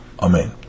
amen